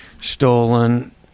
stolen